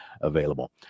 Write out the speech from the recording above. available